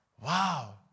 Wow